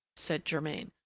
said germain.